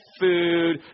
food